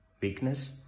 weakness